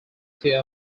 two